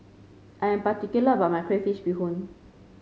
I am particular about my Crayfish Beehoon